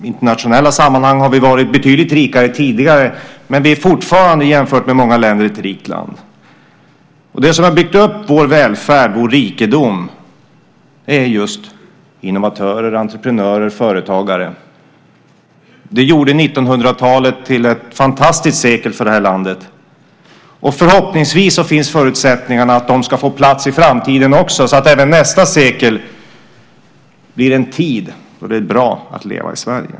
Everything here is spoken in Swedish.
I internationella sammanhang har vi varit betydligt rikare tidigare, men vi är fortfarande jämfört med många länder ett rikt land. De som har byggt upp vår välfärd och vår rikedom är just innovatörer, entreprenörer och företagare. De gjorde 1900-talet till ett fantastiskt sekel för det här landet, och förhoppningsvis finns förutsättningarna för att de ska få plats i framtiden också så att även nästa sekel blir en tid då det är bra att leva i Sverige.